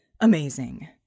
amazing